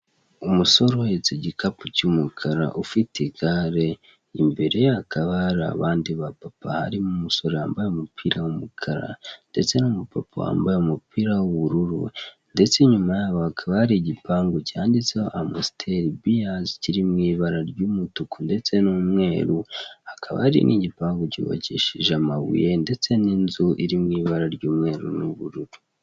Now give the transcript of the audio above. Umusore uhetse igikapu cy'umukara, ufite igare, imbere ye hakaba hari abandi ba papa. Harimo umusore wambaye umupira ndetse n'umupapa wambaye umupira w'ubururu, ndetse inyuma yabo hakaba ari igipangu cyanditseho amusiteri biyazi kiri mw'ibara ry'umutuku ndetse n'umweru. Hakaba hari n'igipangu cyubakishije amabuye, ndetse n'igipangu cyiri mw'ibara